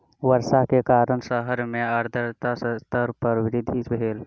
वर्षा के कारण शहर मे आर्द्रता स्तर मे वृद्धि भेल